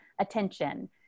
attention